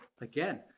again